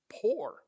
Poor